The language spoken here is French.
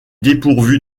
dépourvu